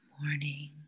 morning